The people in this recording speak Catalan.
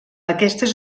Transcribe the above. aquestes